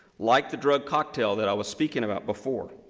like the drug cocktail that i was speaking about before,